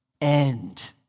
end